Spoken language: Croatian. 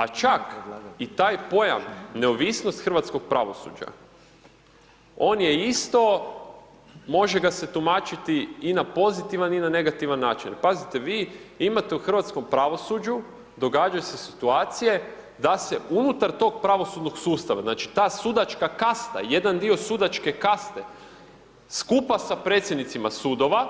A čak i taj pojam neovisnost hrvatskog pravosuđa, on je isto može ga se tumačiti i na pozitivan i na negativan način jer pazite vi imate u hrvatskom pravosuđu, događaju se situacije da se unutar tog pravosudnog sustava znači ta sudačka kasta, jedan dio sudačke kaste skupa sa predsjednicima sudova